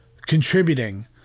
contributing